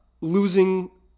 losing